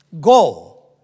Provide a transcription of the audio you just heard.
go